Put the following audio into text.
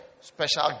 special